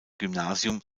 gymnasium